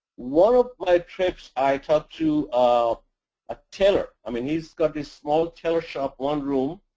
one of my trips, i talked to um a tailor. i mean, he's got this small tailor shop, one room,